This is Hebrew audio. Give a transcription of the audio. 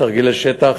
תרגילי בשטח